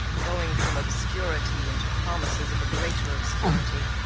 going from obscurity into promises of a greater obscurity.